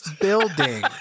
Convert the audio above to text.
Building